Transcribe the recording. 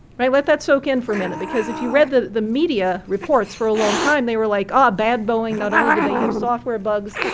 right, let that soak in for a minute because if you read the the media reports, for a long time, they were like, ah bad boeing, not only did they, have software bugs,